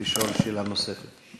לשאול שאלה נוספת.